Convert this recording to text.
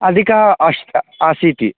अधिकं अष्टाशीतिः